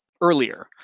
earlier